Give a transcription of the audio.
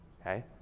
okay